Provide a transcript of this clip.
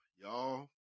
y'all